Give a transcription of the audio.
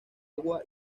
agua